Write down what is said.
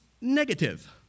negative